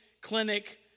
clinic